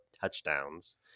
touchdowns